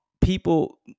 people